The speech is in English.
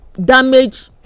damage